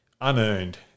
unearned